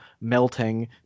melting